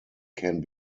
can